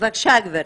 בבקשה גברתי.